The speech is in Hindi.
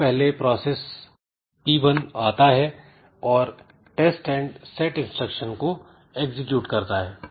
सबसे पहले प्रोसेस P1 आता है और टेस्ट एंड सेट इंस्ट्रक्शन को एग्जीक्यूट करता है